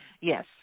yes